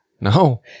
No